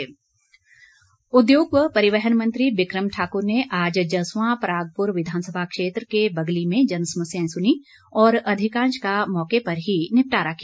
बिक्रम ठाकुर उद्योग व परिवहन मंत्री बिक्रम ठाक्र ने आज जसवां परागपुर विधानसभा क्षेत्र के बगली में जन समस्याएं सुनीं और अधिकांश का मौके पर ही निपटारा किया